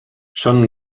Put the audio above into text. són